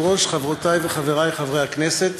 אדוני היושב-ראש, תודה, חברותי וחברי חברי הכנסת,